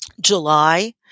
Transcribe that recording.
July